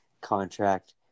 contract